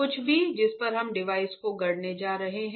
कुछ भी जिस पर हम डिवाइस को गढ़ने जा रहे हैं